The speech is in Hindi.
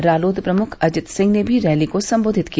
रालोद प्रमुख अजित सिंह ने भी रैली को संबोधित किया